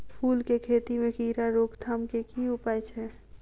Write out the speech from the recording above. फूल केँ खेती मे कीड़ा रोकथाम केँ की उपाय छै?